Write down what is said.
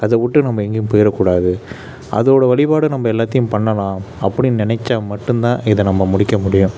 அதை விட்டு நம்ம எங்கேயும் போயிடக்கூடாது அதோடய வழிபாடு நம்ம எல்லாத்தையும் பண்ணலாம் அப்படின்னு நினச்சா மட்டுந்தான் இதை நம்ம முடிக்க முடியும்